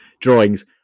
drawings